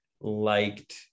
liked